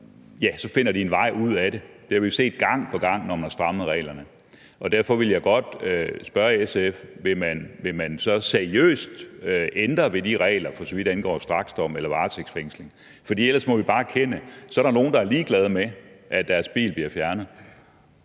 og så finder de en vej ud af det. Det har vi jo set gang på gang, når man har strammet reglerne. Derfor vil jeg godt spørge SF: Vil man så seriøst ændre ved de regler, for så vidt angår straksdomme eller varetægtsfængsling? For ellers må vi bare erkende, at der så er nogle, der er ligeglade med, at deres bil bliver fjernet